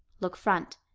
look front,